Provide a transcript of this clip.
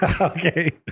okay